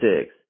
six